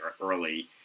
early